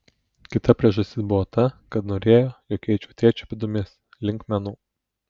kita priežastis buvo ta kad norėjo jog eičiau tėčio pėdomis link menų